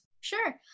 Sure